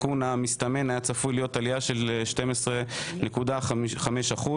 העדכון המסתמן היה צפוי להיות עלייה של 12.5%. הוועדה